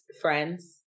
friends